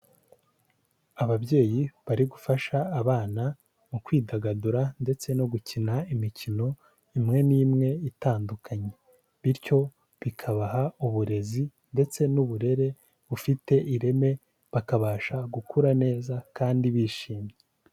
Ababyeyi bari gufasha abana mu kwidagadura ndetse no gukina imikino imwe n'imwe itandukanye, bityo bikabaha uburezi ndetse n'uburere bufite ireme, bakabasha gukura neza kandi bishimye.